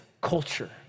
culture